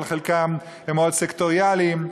אבל חלקם הם מאוד סקטוריאליים.